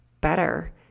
better